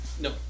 No